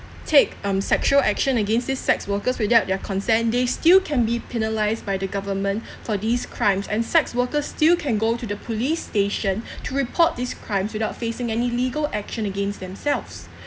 take um sexual action against these sex workers without their consent they still can be penalised by the government for these crimes and sex workers still can go to the police station to report these crimes without facing any legal action against themselves